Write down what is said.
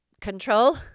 control